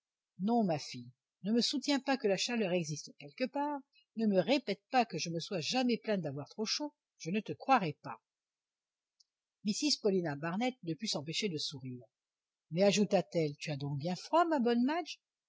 non ma fille ne me soutiens pas que la chaleur existe quelque part ne me répète pas que je me sois jamais plainte d'avoir trop chaud je ne te croirais pas mrs paulina barnett ne put s'empêcher de sourire mais ajouta-t-elle tu as donc bien froid ma bonne madge